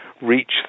reach